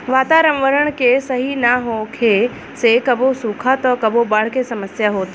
वातावरण के सही ना होखे से कबो सुखा त कबो बाढ़ के समस्या होता